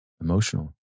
emotional